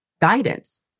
guidance